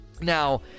Now